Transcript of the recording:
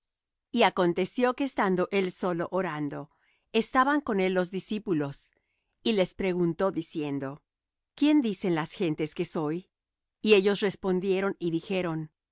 y aconteció que estando él solo orando estaban con él los discípulos y les preguntó diciendo quién dicen las gentes que soy y ellos respondieron y dijeron